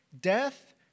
death